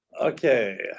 Okay